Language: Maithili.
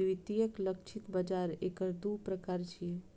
द्वितीयक लक्षित बाजार एकर दू प्रकार छियै